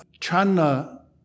China